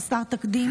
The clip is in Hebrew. רום ברסלבסקי,